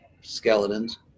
skeletons